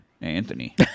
Anthony